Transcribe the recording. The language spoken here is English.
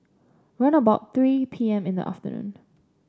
round about three P M in the afternoon